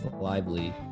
lively